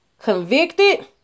convicted